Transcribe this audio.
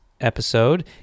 episode